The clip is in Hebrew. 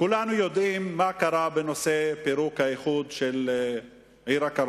כולנו יודעים מה קרה בנושא פירוק האיחוד של עיר-הכרמל.